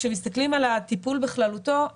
כשמסתכלים על הטיפול בכללותו,